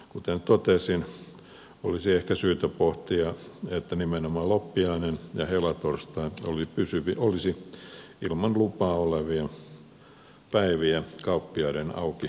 kuten totesin olisi ehkä syytä pohtia että nimenomaan loppiainen ja helatorstai olisivat ilman lupaa kauppiaiden auki pidettävissä